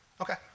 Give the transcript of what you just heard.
Okay